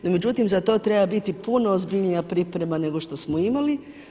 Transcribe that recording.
No međutim, za to treba biti puno ozbiljnija priprema, nego što smo imali.